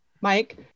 Mike